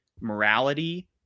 morality